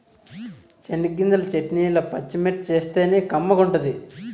చెనగ్గింజల చెట్నీల పచ్చిమిర్చేస్తేనే కమ్మగుంటది